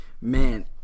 man